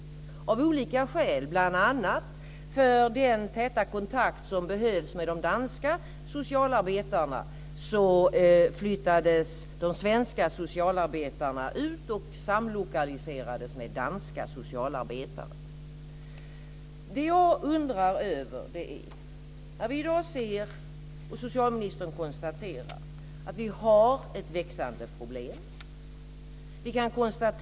Bl.a. på grund av den täta kontakt som behövs med de danska socialarbetarna flyttades de svenska socialarbetarna ut och samlokaliserades med danska socialarbetare. Vi ser ju i dag, och socialministern konstaterar detta, att vi här har ett växande problem.